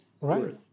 Right